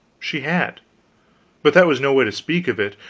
she had but that was no way to speak of it.